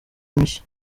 mishya